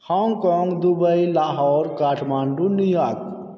Hong Kong Dubai Lahore Kathmandu New York